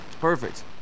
Perfect